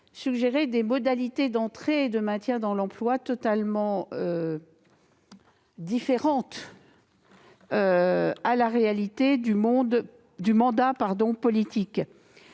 suggérait des modalités d'entrée et de maintien dans l'emploi qui sont totalement étrangères à la réalité du mandat politique.